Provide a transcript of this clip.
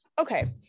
okay